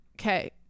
okay